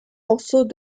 morceau